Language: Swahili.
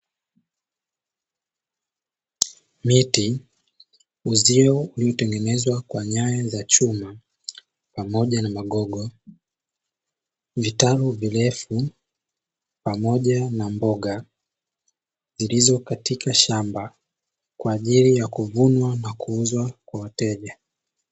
Miti, uzio uliotengenezwa kwa nyaya za chuma pamoja na magogo, vitalu virefu pamoja na mboga zilizo katika shamba kwa ajili ya kuvunwa na kuuzwa kwa wateja.